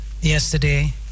yesterday